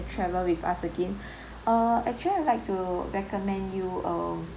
travel with us again err actually I would like to recommend you err